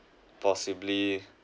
possibly